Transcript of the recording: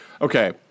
Okay